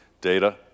data